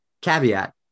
caveat